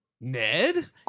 Ned